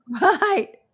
Right